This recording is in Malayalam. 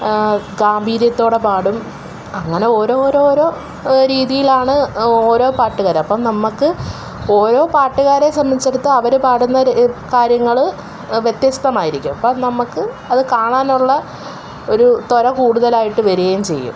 ഗാംഭീര്യത്തോടെ പാടും അങ്ങനെ ഓരോരോരോ രീതിയിലാണ് ഓരോ പാട്ടുകാരും അപ്പോള് നമ്മള്ക്ക് ഓരോ പാട്ടുകരെ സംബന്ധിച്ചിടത്ത് അവര് പാടുന്ന കാര്യങ്ങള് വ്യത്യസ്തമായിരിക്കും അപ്പോള് നമുക്ക് അത് കാണാനുള്ള ഒരു ത്വര കൂടുതലായിട്ട് വരുകയും ചെയ്യും